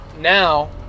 now